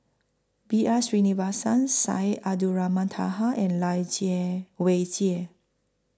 B R Sreenivasan Syed Abdulrahman Taha and Lai Jie Weijie